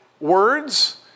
words